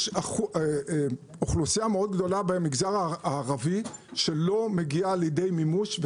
יש אוכלוסייה מאוד גדולה במגזר הערבי שלא מגיעה לידי מימוש.